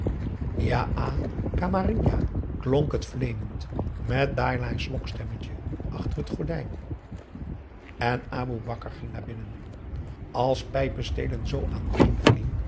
kamarinja klonk het vleemend met dailahs lokstemmetje achter het gordijn en aboe bakar ging naar binnen als pijpestelen zoo aaneen vielen